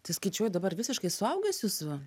tai skaičiuoj dabar visiškai suaugęs jūsų